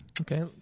Okay